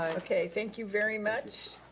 okay, thank you very much.